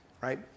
right